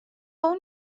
اون